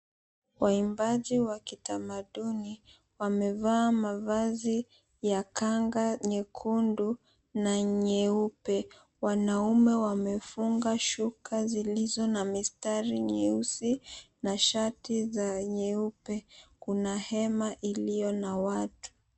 Waimbaji wa kitamaduni wamevaa mavazi ya kanga nyekundu na nyeupe. Wanaume wamefunga shuka zilizo na mistari nyeusi na shati za nyeupe. Kuna hema iliyo na watu.